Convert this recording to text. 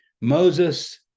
Moses